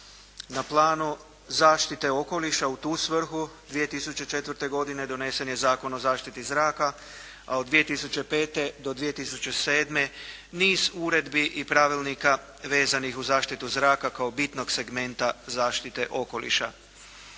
Na planu zaštite okoliša u tu svrhu 2004. godine donesen je Zakon o zaštiti zraka, a od 2005. do 2007. niz uredbi i pravilnika vezanih uz zaštitu zraka kao bitnog segmenta zaštite okoliša.